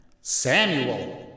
Samuel